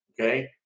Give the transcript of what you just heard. okay